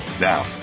Now